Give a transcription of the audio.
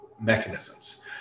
mechanisms